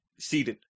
Seated